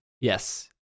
Yes